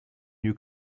new